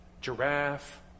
Giraffe